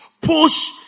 Push